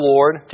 Lord